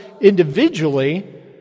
individually